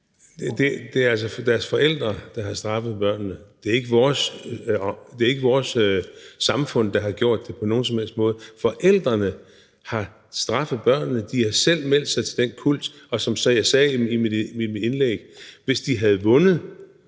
børnenes forældre, der har straffet dem. Det er ikke vores samfund, der på nogen som helst måde har gjort det, men forældrene har straffet børnene. De har selv meldt sig til den kult, og som jeg sagde i mit indlæg: Hvis de havde vundet,